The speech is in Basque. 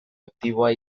aktiboa